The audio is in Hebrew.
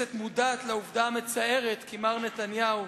הכנסת מודעת לעובדה המצערת כי מר נתניהו,